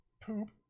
poop